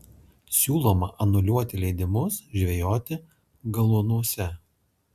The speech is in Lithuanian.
siūloma anuliuoti leidimus žvejoti galuonuose